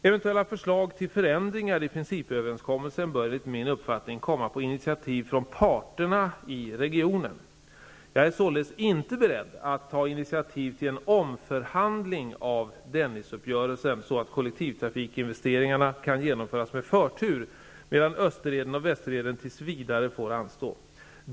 Eventuella förslag till förändringar av principöverenskommelsen bör enligt min uppfattning komma på initiativ från parterna i regionen. Jag är således inte beredd att ta initiativ till en omförhandling av Dennisuppgörelsen så att kollektivtrafikinvesteringarna kan genomföras med förtur, medan Österleden och Västerleden tills vidare får anstå.